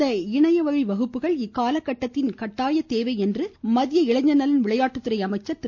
இந்த இணையவழி வகுப்புகள் இக்கால கட்டத்தின் கட்டாய தேவை என மத்திய இளைஞர் நலன் விளையாட்டுத்துறை அமைச்சர் திரு